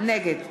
נגד